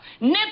nip